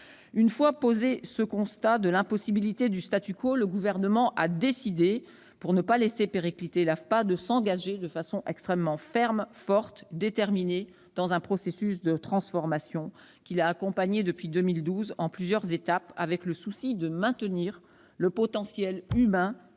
Une fois posé le constat de l'impossibilité du, le Gouvernement a décidé, pour ne pas laisser péricliter l'AFPA, de s'engager de façon extrêmement ferme, forte et déterminée dans un processus de transformation. Il a accompagné ce processus, depuis 2012, en plusieurs étapes, en ayant toujours le souci de maintenir le potentiel humain